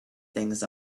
things